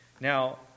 Now